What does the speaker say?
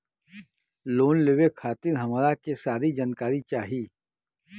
Loan लेवे खातीर हमरा के सारी जानकारी चाही?